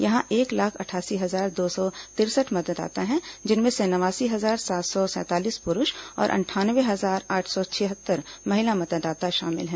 यहां एक लाख अठासी हजार दो सौ तिरसठ मतदाता हैं जिनमें से नवासी हजार सात सौ सैंतालीस पुरूष और अंठानवे हजार आठ सौ छिहत्तर महिला मतदाता शामिल हैं